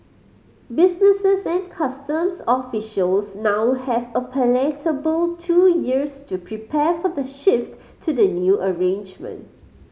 businesses and customs officials now have a palatable two years to prepare for the shift to the new arrangement